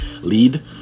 lead